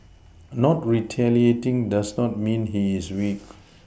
not retaliating does not mean he is weak